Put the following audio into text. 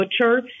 butcher